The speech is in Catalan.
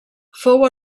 fou